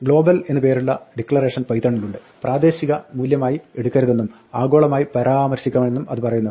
global എന്ന് പേരുള്ള declaration പൈത്തണിലുണ്ട് പ്രാദേശിക മൂല്യമായി എടുക്കരുതെന്നും ആഗോളമായി പരാമർശിക്കണമെന്നും അത് പറയുന്നു